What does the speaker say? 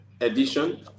edition